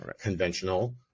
conventional